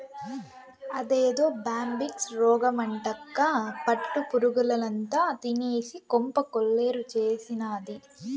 అదేదో బ్యాంబిక్స్ రోగమటక్కా పట్టు పురుగుల్నంతా తినేసి కొంప కొల్లేరు చేసినాది